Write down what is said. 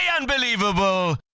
unbelievable